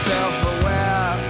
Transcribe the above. Self-aware